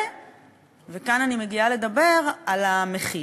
וכאן אני מגיעה לדבר על המחיר,